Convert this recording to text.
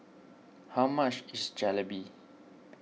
how much is Jalebi